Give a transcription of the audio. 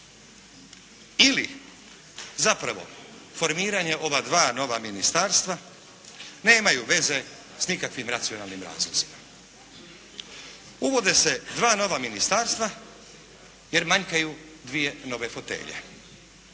Ili zapravo formiranje ova dva nova ministarstva nemaju veze s nikakvim racionalnim razlozima. Uvode se dva nova ministarstva jer manjkaju dvije nove fotelje,